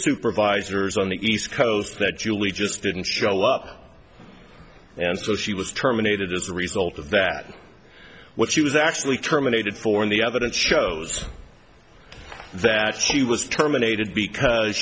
supervisor is on the east coast that julie just didn't show up and so she was terminated as a result of that what she was actually terminated for and the evidence shows that she was terminated because